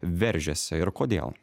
veržiasi ir kodėl